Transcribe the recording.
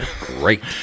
great